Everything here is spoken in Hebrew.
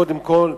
קודם כול,